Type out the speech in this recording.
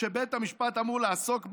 שבית המשפט אמור לעסוק בהן,